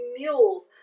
mules